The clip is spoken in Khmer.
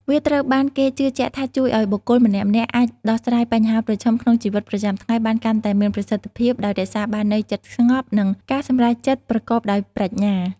វាត្រូវបានគេជឿជាក់ថាជួយឲ្យបុគ្គលម្នាក់ៗអាចដោះស្រាយបញ្ហាប្រឈមក្នុងជីវិតប្រចាំថ្ងៃបានកាន់តែមានប្រសិទ្ធភាព ដោយរក្សាបាននូវចិត្តស្ងប់ និងការសម្រេចចិត្តប្រកបដោយប្រាជ្ញា។